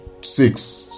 six